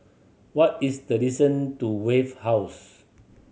what is the distance to Wave House